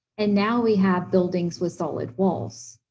and now, we have buildings with solid walls.